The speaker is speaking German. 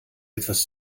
etwas